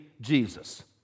Jesus